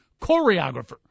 Choreographer